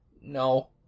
No